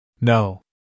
No